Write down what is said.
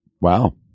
Wow